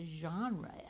genre